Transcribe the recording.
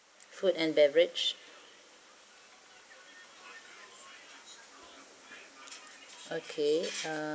food and beverage okay ah